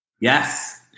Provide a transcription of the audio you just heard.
yes